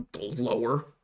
Lower